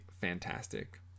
fantastic